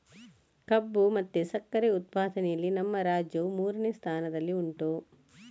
ಕಬ್ಬು ಮತ್ತೆ ಸಕ್ಕರೆ ಉತ್ಪಾದನೆಯಲ್ಲಿ ನಮ್ಮ ರಾಜ್ಯವು ಮೂರನೇ ಸ್ಥಾನದಲ್ಲಿ ಉಂಟು